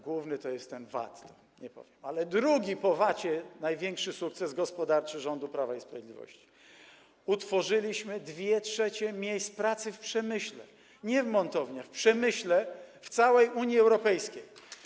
Główny to jest ten VAT, nie powiem, ale drugi po VAT największy sukces gospodarczy rządu Prawa i Sprawiedliwości jest taki, że utworzyliśmy 2/3 miejsc pracy w przemyśle, nie w montowniach - w przemyśle w całej Unii Europejskiej.